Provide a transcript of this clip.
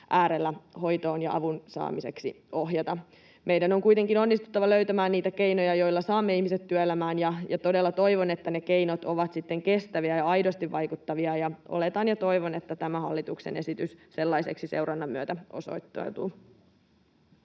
äärellä hoitoon ja avun saamiseksi ohjata. Meidän on kuitenkin onnistuttava löytämään niitä keinoja, joilla saamme ihmiset työelämään, ja todella toivon, että ne keinot ovat sitten kestäviä ja aidosti vaikuttavia, ja oletan ja toivon, että tämä hallituksen esitys sellaiseksi seurannan myötä osoittautuu.